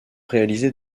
réalisé